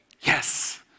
Yes